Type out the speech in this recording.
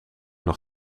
nog